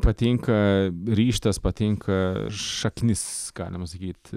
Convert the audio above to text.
patinka ryžtas patinka šaknis galima sakyt